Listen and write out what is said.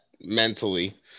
mentally